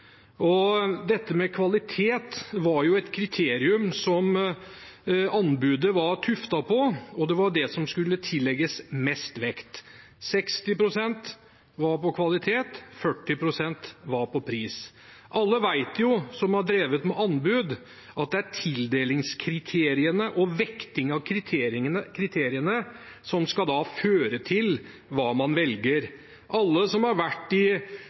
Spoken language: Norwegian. feil. Dette med kvalitet var et kriterium som anbudet var tuftet på. Det var det som skulle tillegges mest vekt – 60 pst. på kvalitet, 40 pst. på pris. Alle som har drevet med anbud, vet at det er tildelingskriteriene og vekting av kriteriene som skal føre til hva man velger. Alle som har vært i